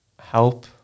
help